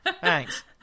Thanks